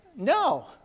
No